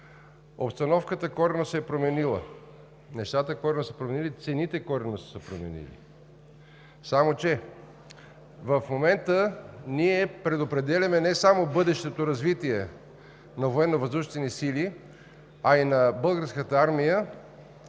Обстановката коренно се е променила, нещата коренно са се променили, цените коренно са се променили. В момента ние предопределяме не само бъдещото развитие на Военновъздушните сили, а и на Българската армия,